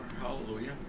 Hallelujah